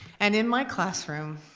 and in my classroom,